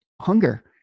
hunger